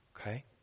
okay